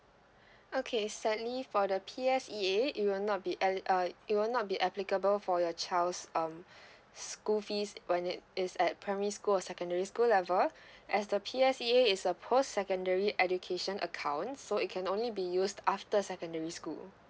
okay sadly for the P_S_E_A it will not be uh it will not be applicable for your child's um school fees when it is at primary school or secondary school level as the P_S_E_A is a post secondary education account so it can only be used after secondary school